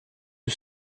you